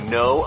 no